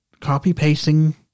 copy-pasting